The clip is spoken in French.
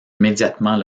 immédiatement